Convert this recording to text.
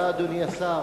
תודה, אדוני השר.